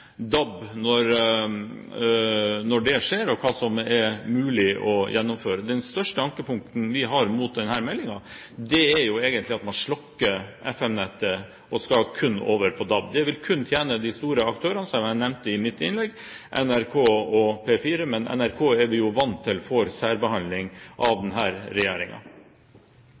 DAB når det skjer, og hva som er mulig å gjennomføre. Det største ankepunktet vi har mot denne meldingen, er at man slukker FM-nettet og kun skal over på DAB. Det vil kun tjene de store aktørene, som jeg nevnte i mitt innlegg, NRK og P4, men NRK er vi vant til får særbehandling av